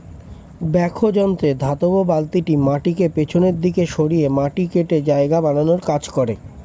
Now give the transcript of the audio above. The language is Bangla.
ব্যাকহো যন্ত্রে ধাতব বালতিটি মাটিকে পিছনের দিকে সরিয়ে মাটি কেটে জায়গা বানানোর কাজ করে